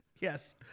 Yes